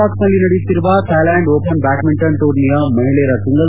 ಬ್ನಾಂಕಾಕ್ನಲ್ಲಿ ನಡೆಯುತ್ತಿರುವ Thailand open badminton ಟೂರ್ನಿಯ ಮಹಿಳೆಯರ ಸಿಂಗಲ್ಲಿ